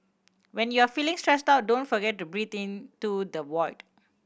when you are feeling stressed out don't forget to breathe into the void